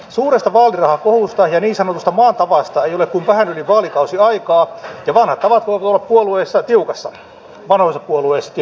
suuresta vaalirahakohusta ja niin sanotusta maan tavasta ei ole kuin vähän yli vaalikausi aikaa ja vanhat tavat voivat olla vanhoissa puolueissa tiukassa